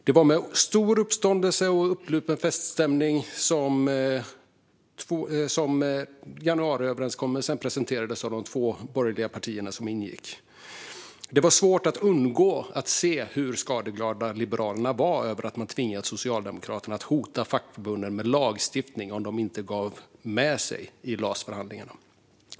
Det var med stor uppståndelse och uppsluppen feststämning som januariöverenskommelsen presenterades av de två borgerliga partierna som ingick. Det var svårt att undgå hur skadeglada Liberalerna var över att man tvingat Socialdemokraterna att hota fackförbunden med lagstiftning om de inte gav med sig i LAS-förhandlingarna.